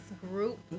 group